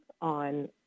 on